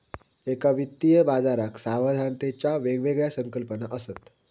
एका वित्तीय बाजाराक सावधानतेच्या वेगवेगळ्या संकल्पना असत